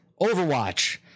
Overwatch